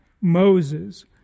Moses